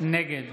נגד